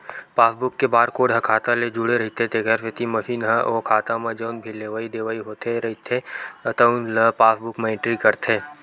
passbook के barcode ह खाता ले जुड़े रहिथे तेखर सेती मसीन ह ओ खाता म जउन भी लेवइ देवइ होए रहिथे तउन ल पासबूक म एंटरी करथे